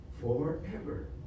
forever